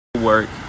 work